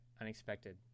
unexpected